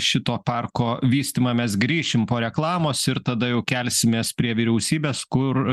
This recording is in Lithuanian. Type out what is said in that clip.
šito parko vystymą mes grįšim po reklamos ir tada jau kelsimės prie vyriausybės kur